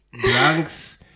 drunks